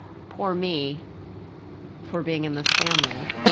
poor me for being in this family.